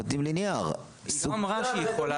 היא לא אמרה